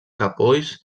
capolls